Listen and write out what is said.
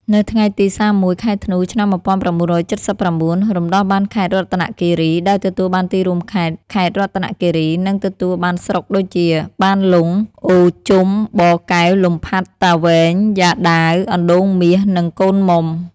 នៅថ្ងៃទី ៣១ ខែធ្នូ ឆ្នាំ ១៩៧៩ រំដោះបានខេត្តរតនគិរី ដោយទទួលបានទីរួមខេត្ត ខេត្តរតនគិរី និងទទួលបានស្រុកដូចជា បានលុង អូរជុំ បកែវ លំផាត់ តាវែង យ៉ាដាវ អណ្តូងមាស និងកូនមុំ។